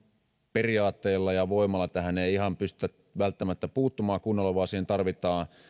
periaatteilla ja voimalla tähän ei ihan pystytä välttämättä puuttumaan kunnolla vaan siihen tarvitaan